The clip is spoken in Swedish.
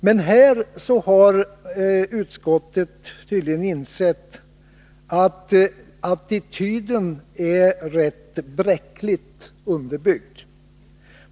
Men här har utskottet tydligen insett att attityden är rätt bräckligt underbyggd.